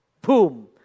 boom